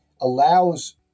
allows